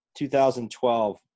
2012